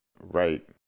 Right